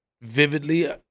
vividly